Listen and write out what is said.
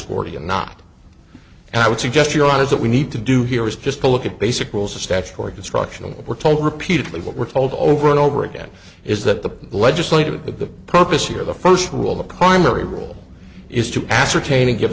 forty and not and i would suggest your eyes that we need to do here is just to look at basic rules of statutory construction and we're told repeatedly what we're told over and over again is that the legislative of the prophecy or the first rule the primary role is to ascertain and give